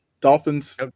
Dolphins